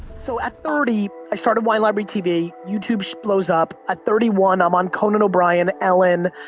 so at thirty, i started wine library tv, youtube blows up. at thirty one, i'm on conan o'brien, ellen,